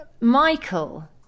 Michael